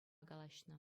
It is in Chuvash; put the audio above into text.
калаҫнӑ